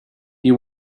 you